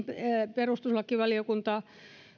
perustuslakivaliokunta